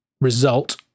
result